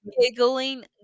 giggling